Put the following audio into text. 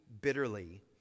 bitterly